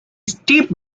steep